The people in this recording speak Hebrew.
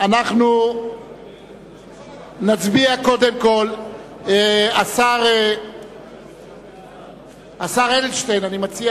אנחנו נצביע קודם כול על הצעת סיעת קדימה להביע